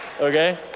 Okay